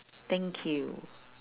thank you